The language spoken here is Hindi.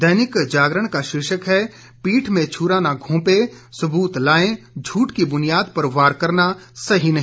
दैनिक जागरण का शीर्षक है पीठ में छुरा न घोंपे सुबूत लाएं झूठ की बुनियाद पर वार करना सही नहीं